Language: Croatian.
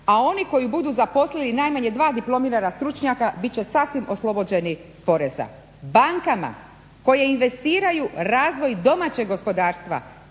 a oni koji budu zaposlili najmanje 2 diplomirana stručnjaka bit će sasvim oslobođeni poreza. Bankama koje investiraju razvoj domaćeg gospodarstva